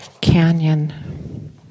canyon